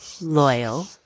loyal